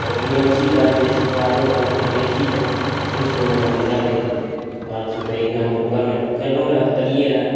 तकर बाद इलैची दऽ देबै सुआदो बनत इलैची थकुचिकए ओहिमे हम दए दियै कहलखिन तऽ एकदिन हम घरमे कयलहुँ रहय तऽ देलियै रहय